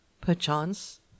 Perchance